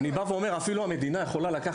איזו תשובה אני אמור לתת